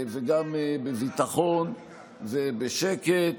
וגם בביטחון ובשקט.